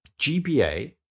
GBA